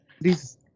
please